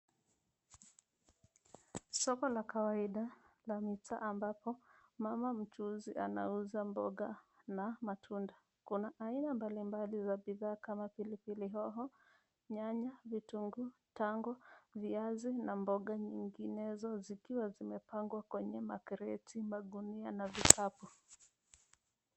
Soko la kawaida la mitaa ambapo mama mchuuzi anauza mboga na matunda. Kuna aina mbalimbali za bidhaa kama pilipili hoho, nyanya vitunguu, tango, viazi na mboga nyinginezo zikiwa zimepangwa kwenye makreti, magunia na vikapu.